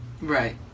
Right